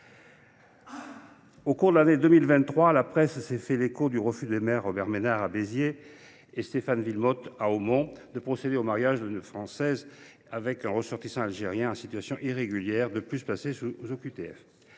Au cours de l’année 2023, la presse s’est fait l’écho du refus des maires Robert Ménard, de Béziers, et Stéphane Wilmotte, d’Hautmont, de procéder au mariage d’une Française avec un ressortissant algérien en situation irrégulière, de surcroît placé sous OQTF.